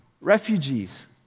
Refugees